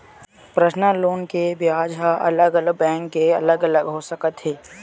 personal loan के बियाज ह अलग अलग बैंक के अलग अलग हो सकत हे